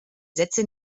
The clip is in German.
sätze